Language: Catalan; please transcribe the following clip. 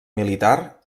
militar